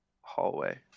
hallway